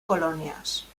colònies